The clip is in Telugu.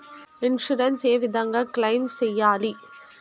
ఇన్సూరెన్సు ఏ విధంగా క్లెయిమ్ సేయాలి?